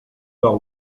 par